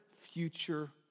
future